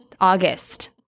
August